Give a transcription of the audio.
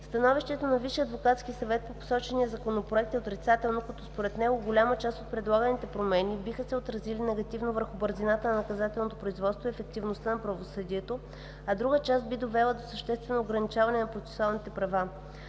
съвет по посочения Законопроект е отрицателно, като според него голяма част от предлаганите промени биха се отразили негативно върху бързината на наказателното производство и ефективността на правосъдието, а друга част би довела до съществено ограничаване на процесуалните права.